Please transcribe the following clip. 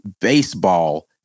baseball